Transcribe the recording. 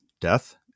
death